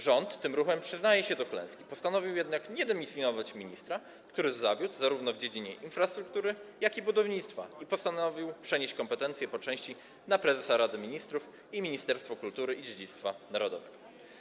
Rząd, który tym ruchem przyznaje się do klęski, postanowił jednak nie dymisjonować ministra, który zawiódł zarówno w dziedzinie infrastruktury, jak i budownictwa, i przenieść kompetencje po części na prezesa Rady Ministrów i Ministerstwo Kultury i Dziedzictwa Narodowego.